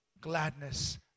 gladness